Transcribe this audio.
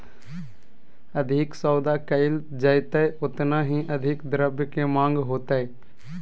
अधिक सौदा कइल जयतय ओतना ही अधिक द्रव्य के माँग होतय